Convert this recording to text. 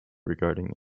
regarding